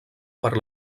per